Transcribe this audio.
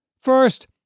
First